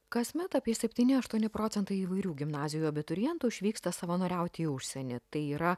kasmet apie septyni aštuoni procentai įvairių gimnazijų abiturientų išvyksta savanoriauti į užsienį tai yra